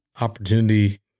opportunity